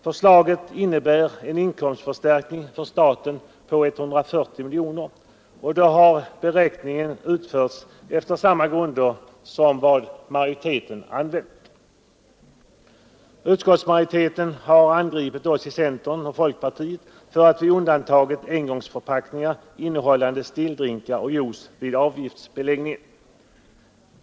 Förslaget innebär en inkomstförstärkning för staten på 140 miljoner kronor, och den beräkningen har utförts efter samma grunder som majoriteten använt. Utskottsmajoriteten har angripit oss i centern och folkpartiet för att vi undantagit engångsförpackningar innehållande stilldrinkar och juice från avgiftsbeläggning.